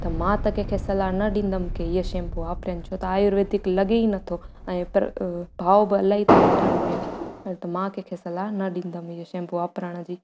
त मां त कंहिंखे सलाह न ॾींदमि के इहो शैम्पू वापिरियनि छो त आयुर्वेदिक लॻे ई नथो ऐं पर भाओ इलाही था वठनि पिया ऐं मां त कंहिंखे सलाह न ॾींदमि इहो शैम्पू वापिरण जी